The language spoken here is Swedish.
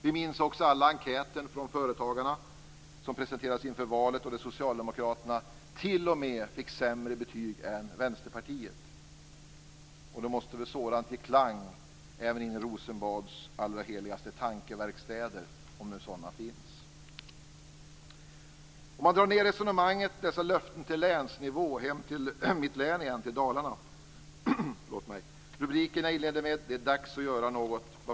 Vi minns också alla enkäten från företagarna som presenterades inför valet, där Socialdemokraterna t.o.m. fick sämre betyg än Vänsterpartiet. Sådant måste väl ge klang även in i Rosenbads alla heligaste tankeverkstäder, om nu sådana finns. Låt oss ta ned resonemanget, dessa löften, till länsnivå, hem till mitt län, Dalarna. Rubriken jag inledde med, "Det är dags att göra något konkret!